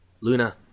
Luna